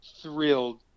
thrilled